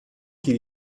qu’il